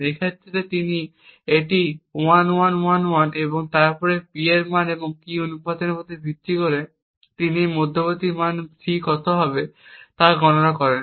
এই ক্ষেত্রে এটি 1111 এবং তারপর P এর মান এবং কী অনুমানের উপর ভিত্তি করে তিনি মধ্যবর্তী মান C কত হবে তা গণনা করেন